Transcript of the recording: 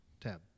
tab